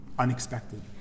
Unexpected